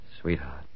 Sweetheart